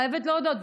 חייבת להודות,